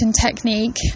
technique